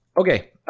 Okay